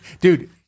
Dude